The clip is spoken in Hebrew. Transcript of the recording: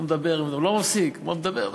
הוא מדבר, לא מפסיק, מדבר מדבר.